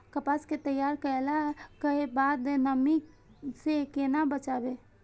कपास के तैयार कैला कै बाद नमी से केना बचाबी?